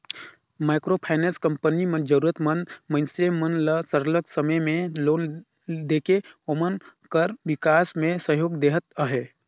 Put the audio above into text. micro finance company मन जरूरत मंद मइनसे मन ल सरलग समे में लोन देके ओमन कर बिकास में सहयोग देहत अहे